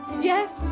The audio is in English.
Yes